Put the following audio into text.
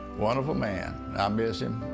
wonderful man. i miss him.